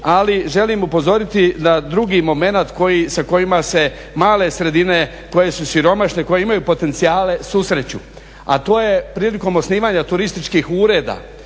ali želim upozoriti na drugi momenat sa kojima se male sredine koje su siromašne, koje imaju potencijale susreću. A to je prilikom osnivanja turističkih ureda